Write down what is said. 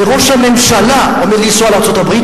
וראש הממשלה עומד לנסוע לארצות-הברית